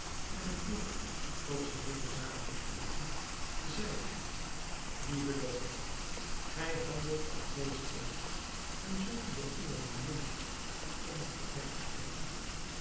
en het woord tot scheherazade rigtende zeide hij lieve dochter gij handelt als deze ezel en zult u door uwe bemoeizucht in het verderf storten